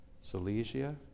Silesia